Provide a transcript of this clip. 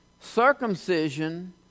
circumcision